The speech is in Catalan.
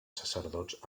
sacerdots